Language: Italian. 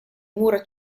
mura